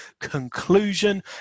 conclusion